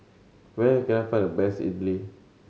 where can I find the best Idili